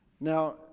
Now